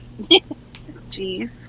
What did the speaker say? jeez